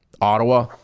Ottawa